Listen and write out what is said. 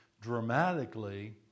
dramatically